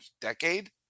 decade